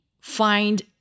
find